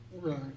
Right